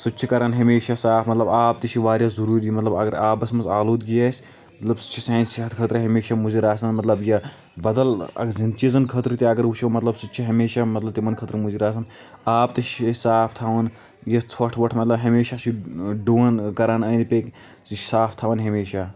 سُہ تہِ چھِ کَران ہمیشہ صاف مطلب آب تہِ چھِ واریاہ ضروٗری مطلب اَگر آبَس منٛز آلوٗدگی آسہِ مطلب سُہ چھُ سانہِ صحتہٕ خٲطرٕ ہمیشہ مُضِر آسان مطلب یہِ بَدل چیٖزن خٲطرِ تہِ اَگر وٕچھو مطلب سُہ تہِ چھِ ہمیشہ مطلب تِمن خٲطرٕمُضِر آسان آب تہِ چھِ أسۍ صاف تھاوُن یہِ ژھۄٹھ ووٚٹھ مطلب ہمیشہ چھِ ڈُوان کَران أنٛدۍ پٔکۍ یہِ چھِ صاف تھاوان ہمیشہ